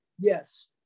yes